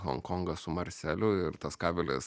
honkongą su marseliu ir tas kabelis